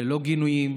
ללא גינויים,